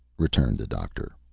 returned the doctor.